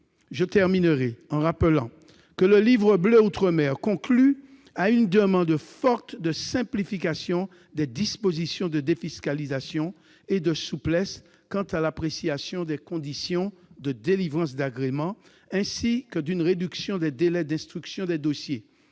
à 2 millions d'euros. Le Livre bleu outre-mer conclut à une demande forte de simplification des dispositions de défiscalisation et de souplesse quant à l'appréciation des conditions de délivrance d'agréments, ainsi qu'à une réduction des délais d'instruction des dossiers.